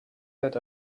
that